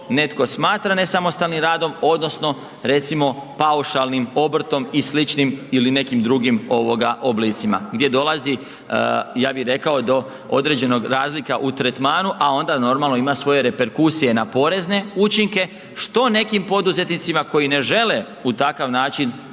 netko smatra nesamostalnim radom, odnosno recimo, paušalnim obrtom i sličnim ili nekim drugim oblicima gdje dolazi, ja bih rekao, do određenog razlika u tretmanu, a onda normalno ima svoje reperkusije na porezne učinke, što nekim poduzetnicima koji ne žele u takav način